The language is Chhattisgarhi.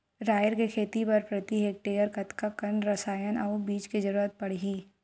राहेर के खेती बर प्रति हेक्टेयर कतका कन रसायन अउ बीज के जरूरत पड़ही?